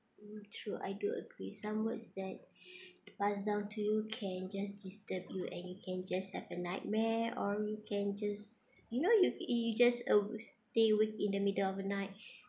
true I do agree some words that passed down to you can just disturb you and you can just have a nightmare or you can just you know you you just uh stay awake in the middle of the night